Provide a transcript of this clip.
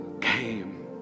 came